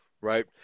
right